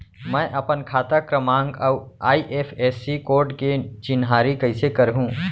मैं अपन खाता क्रमाँक अऊ आई.एफ.एस.सी कोड के चिन्हारी कइसे करहूँ?